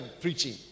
preaching